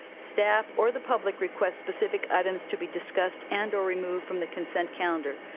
staff, or the public request specific items to be discussed and or removed from the consent calendar.